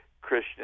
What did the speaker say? Christian